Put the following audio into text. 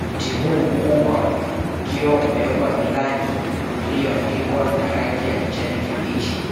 Mti huu mkubwa ukiwa umewekwa ilani iliyoandikwa na rangi ya kijani kibichi,